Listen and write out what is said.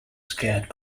scared